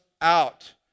out